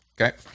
okay